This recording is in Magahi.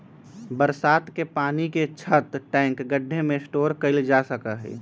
बरसात के पानी के छत, टैंक, गढ्ढे में स्टोर कइल जा सका हई